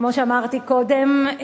כמו שאמרתי קודם,